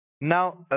Now